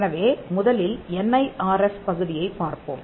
எனவே முதலில் N I R F பகுதியைப் பார்ப்போம்